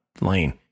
lane